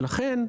לכן,